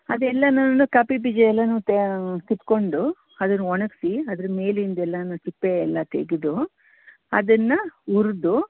ಅದೆಲ್ಲನೂ coffee ಬೀಜ ಎಲ್ಲನೂ ತಾ ಸುಟ್ಕೊಂಡು ಅದನ್ನ ಒಣಗಿಸಿ ಅದ್ರಿಂದ ಮೇಲಿಂದೆಲ್ಲವೂ ಸಿಪ್ಪೆಯೆಲ್ಲ ತೆಗೆದು ಅದನ್ನು ಹುರಿದು